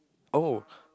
oh